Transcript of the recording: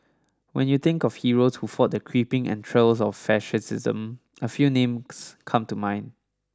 when you think of heroes who fought the creeping entrails of fascism a few names come to mind